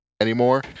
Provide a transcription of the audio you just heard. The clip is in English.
anymore